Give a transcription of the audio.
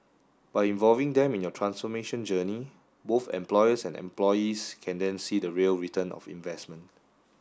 by involving them in your transformation journey both employers and employees can then see the real return of investment